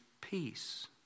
peace